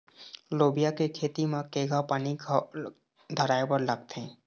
लोबिया के खेती म केघा पानी धराएबर लागथे?